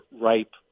ripe